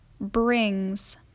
Brings